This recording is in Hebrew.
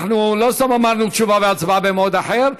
אנחנו לא סתם אמרנו תשובה והצבעה במועד אחר.